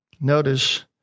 Notice